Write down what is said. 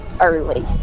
early